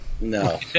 No